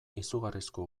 izugarrizko